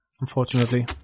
unfortunately